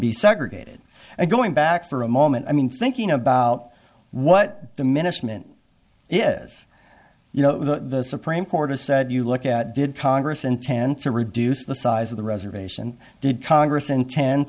be segregated and going back for a moment i mean thinking about what diminishment is you know the supreme court has said you look at did congress intend to reduce the size of the reservation did congress inten